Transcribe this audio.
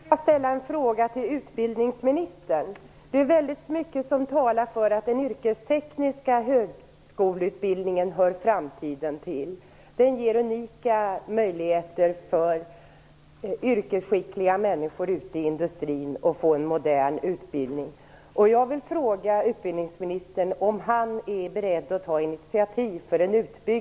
Herr talman! Jag skulle vilja ställa en fråga till utbildningsministern. Det är väldigt mycket som talar för att den yrkestekniska högskoleutbildningen hör framtiden till. Den ger unika möjligheter för yrkesskickliga människor ute i industrin att få en modern utbildning.